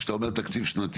אז כשאתה אומר תקציב שנתי,